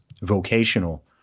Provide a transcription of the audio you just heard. vocational